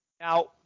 Now